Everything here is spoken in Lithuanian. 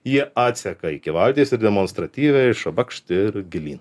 ji atseka iki valties ir demonstratyviai šabakšt ir gilyn